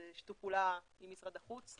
זה שיתוף פעולה עם משרד החוץ,